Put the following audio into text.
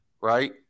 right